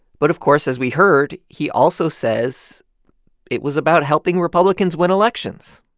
but, of course, as we heard, he also says it was about helping republicans win elections